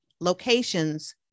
locations